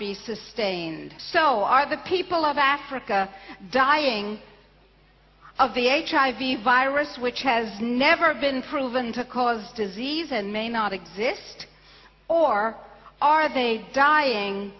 be sustained so are the people of africa dying of the h i v virus which has never been proven to cause disease and may not exist or are they dying